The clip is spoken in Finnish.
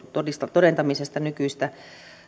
todentamisesta nykyistä